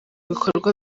bikorwa